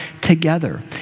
together